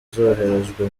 zoherejwe